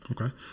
okay